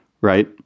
right